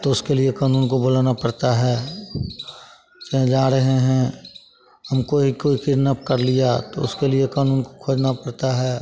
तो उसके लिए कानून को बुलाना पड़ता है चाहें जा रहे हैं हमको ही कोई किडनैप कर लिया तो उसके लिए कानून को खोजना पड़ता है